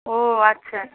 ও আচ্ছা আচ্ছা